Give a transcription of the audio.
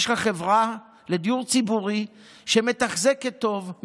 יש לך חברה לדיור ציבורי שמתחזקת טוב,